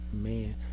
man